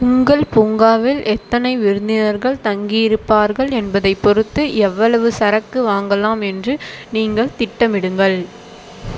உங்கள் பூங்காவில் எத்தனை விருந்தினர்கள் தங்கியிருப்பார்கள் என்பதைப் பொறுத்து எவ்வளவு சரக்கு வாங்கலாம் என்று நீங்கள் திட்டமிடுங்கள்